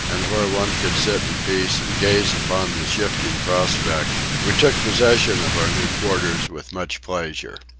and where one could sit in peace and gaze upon the shifting prospect, we took possession of our new quarters with much pleasure.